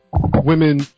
women